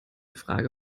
frage